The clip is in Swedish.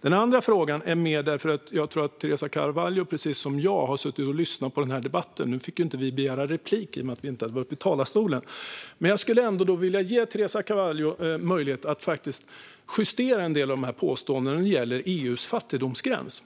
Den andra frågan har sin grund i att jag tror att Teresa Carvalho precis som jag har suttit och lyssnat på debatten, men vi fick ju inte begära replik i och med att vi inte hade varit uppe i talarstolen. Men jag vill ge Teresa Carvalho möjlighet att justera en del av påståendena när det gäller EU:s fattigdomsgräns.